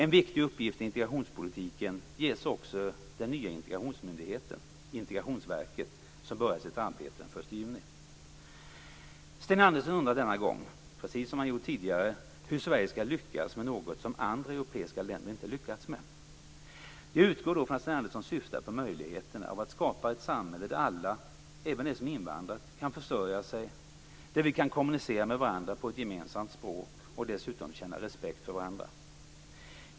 En viktig uppgift i integrationspolitiken ges också den nya integrationsmyndighet, Integrationsverket, som börjar sitt arbete den 1 juni. Sten Andersson undrar denna gång, precis som han gjort tidigare, hur Sverige skall lyckas med något som andra europeiska länder inte har lycktas med. Jag utgår då från att Sten Andersson syftar på möjligheterna att skapa ett samhälle där alla, även de som invandrat, kan försörja sig, där vi kan kommunicera med varandra på ett gemensamt språk och dessutom känna respekt för varandra.